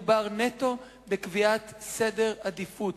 מדובר נטו בקביעת סדר עדיפויות.